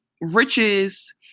riches